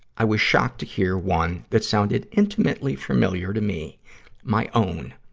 i was shocked to hear one that sounded intimately familiar to me my own.